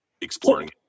exploring